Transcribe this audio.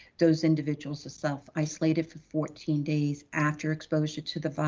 those individuals self-isolated for fourteen days after exposure to the